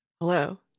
Hello